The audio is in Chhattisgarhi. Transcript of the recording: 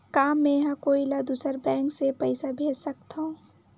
का मेंहा कोई ला दूसर बैंक से पैसा भेज सकथव?